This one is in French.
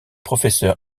professeur